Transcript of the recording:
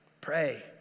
Pray